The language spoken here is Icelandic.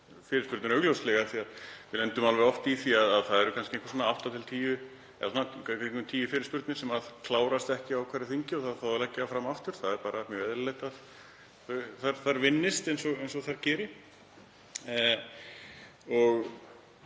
Fyrirspurnir augljóslega því að við lendum oft í því að það eru kannski átta til tíu fyrirspurnir sem klárast ekki á hverju þingi og þarf þá að leggja fram aftur, það er bara mjög eðlilegt að þær vinnist eins og þær gera.